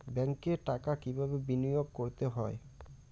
ব্যাংকে টাকা কিভাবে বিনোয়োগ করতে হয়?